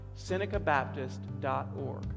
SenecaBaptist.org